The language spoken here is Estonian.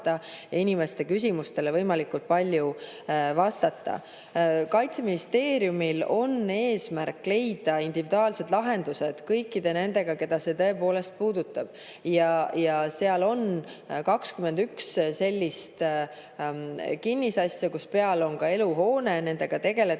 ja inimeste küsimustele võimalikult palju vastata. Kaitseministeeriumil on eesmärk leida individuaalsed lahendused kõikide nende puhul, keda see puudutab. Seal on 21 sellist kinnisasja, kus peal on ka eluhoone, nendega tegeldakse